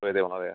श्रुयते वा महोदय